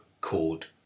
called